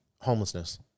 homelessness